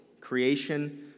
creation